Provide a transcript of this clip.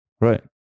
Right